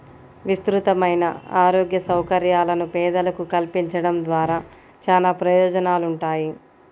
విస్తృతమైన ఆరోగ్య సౌకర్యాలను పేదలకు కల్పించడం ద్వారా చానా ప్రయోజనాలుంటాయి